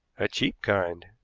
a cheap kind.